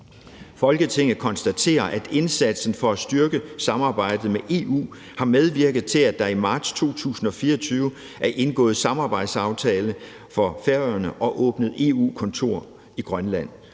Folketinget konstaterer, at indsatsen for at styrke samarbejdet med EU har medvirket til, at der i marts 2024 er indgået samarbejdsaftale for Færøerne og åbnet EU-kontor i Grønland,